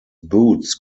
boots